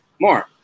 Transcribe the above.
more